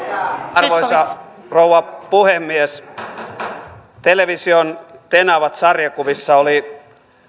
arvoisa rouva puhemies television tenavat sarjakuvassa oli